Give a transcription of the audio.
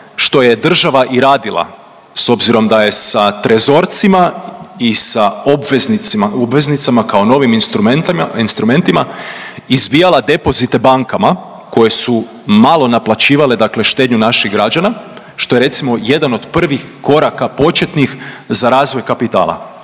što je država i radila s obzirom da je sa trezorcima i sa obveznicama kao novim instrumentima izbijala depozite bankama koje su malo naplaćivale, dakle štednju naših građana što je recimo jedan od prvih koraka početnih za razvoj kapitala.